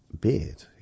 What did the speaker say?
beard